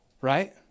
Right